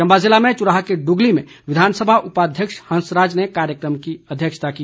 चम्बा ज़िले में चुराह के ड्गली में विधानसभा उपाध्यक्ष हंसराज ने कार्यक्रम की अध्यक्षता की